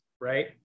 right